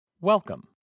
welcome